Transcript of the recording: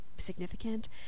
significant